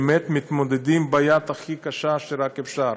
מתמודדים ביד הכי קשה שרק אפשר.